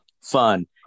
fun